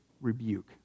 rebuke